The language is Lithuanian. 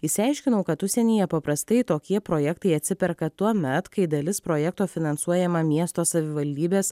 išsiaiškinau kad užsienyje paprastai tokie projektai atsiperka tuomet kai dalis projekto finansuojama miesto savivaldybės